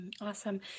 Awesome